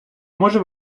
може